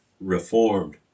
Reformed